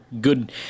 good